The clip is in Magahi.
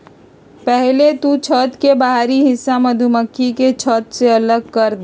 पहले तु छत्त के बाहरी हिस्सा मधुमक्खी के छत्त से अलग करदे